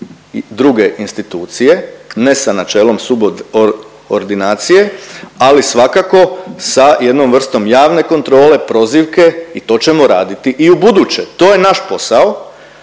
druge institucije ne sa načelom subordinacije, ali svakako sa jednom vrstom javne kontrole, prozivke i to ćemo raditi i u buduće. To je i naš posao,